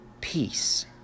peace